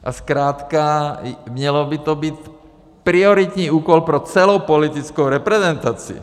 A zkrátka měl by to být prioritní úkol pro celou politickou reprezentaci.